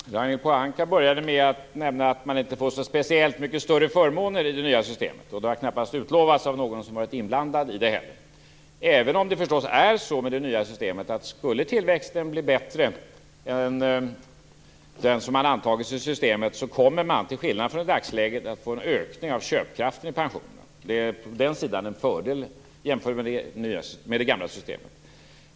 Herr talman! Ragnhild Pohanka började med att nämna att man inte får speciellt mycket större förmåner i det nya systemet. Det har knappast utlovats av någon som har varit inblandad i det heller, även om det förstås är så med det nya systemet att skulle tillväxten bli bättre än den som antagits i systemet kommer man, till skillnad från i dagsläget, att få en ökning av köpkraften i pensionen. Den sidan är en fördel jämfört med det gamla systemet.